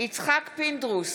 יצחק פינדרוס,